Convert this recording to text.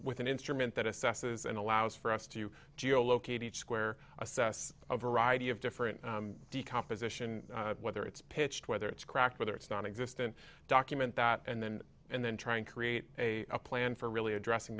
with an instrument that assesses and allows for us to geo low k t square assess a variety of different composition whether it's pitched whether it's cracked whether it's nonexistent document that and then and then try and create a plan for really addressing